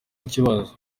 ikibazo